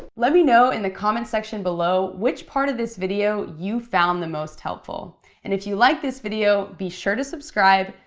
let me know in the comment section below which part of this video you found the most helpful and if you like this video be sure to subscribe,